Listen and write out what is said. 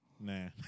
Nah